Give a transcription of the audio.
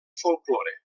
folklore